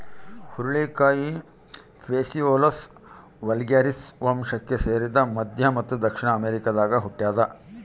ಹುರುಳಿಕಾಯಿ Phaseolus vulgaris ವಂಶಕ್ಕೆ ಸೇರಿದ ಮಧ್ಯ ಮತ್ತು ದಕ್ಷಿಣ ಅಮೆರಿಕಾದಾಗ ಹುಟ್ಯಾದ